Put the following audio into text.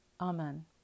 Amen